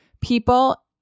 people